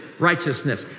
Righteousness